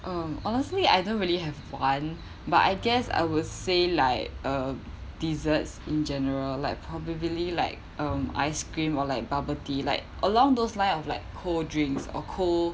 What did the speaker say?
um honestly I don't really have fun but I guess I would say like uh desserts in general like probably like um ice cream or like bubble tea like along those line of like cold drinks or cold